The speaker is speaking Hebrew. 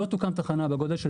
לא תוקם תחנה בגודל של